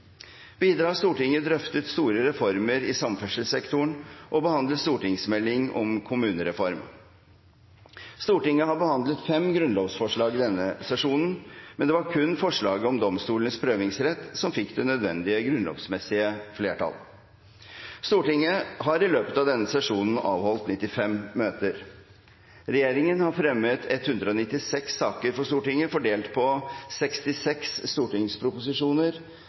Videre har Stortinget drøftet store reformer i samferdselssektoren og behandlet stortingsmelding om kommunereform. Stortinget har behandlet 5 grunnlovsforslag i denne sesjonen, men det var kun forslaget om domstolenes prøvingsrett som fikk det nødvendige grunnlovsmessige flertall. Stortinget har i løpet av denne sesjonen avholdt 95 møter. Regjeringen har fremmet 196 saker for Stortinget, fordelt på 66 stortingsproposisjoner,